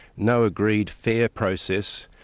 no agreed fair process,